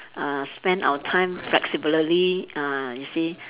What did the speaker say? uh spend our time flexibly ah you see